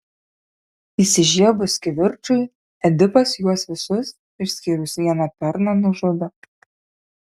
įsižiebus kivirčui edipas juos visus išskyrus vieną tarną nužudo